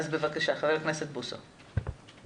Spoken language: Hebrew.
ח"כ בוסו בבקשה.